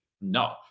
No